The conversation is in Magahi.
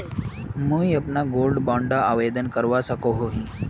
मुई अपना गोल्ड बॉन्ड आवेदन करवा सकोहो ही?